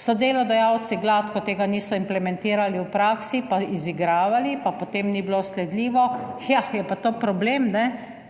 so delodajalci gladko tega niso implementirali, v praksi pa izigravali, pa potem ni bilo sledljivo, ja je pa to problem,